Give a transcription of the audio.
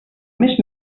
mes